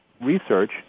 research